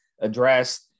addressed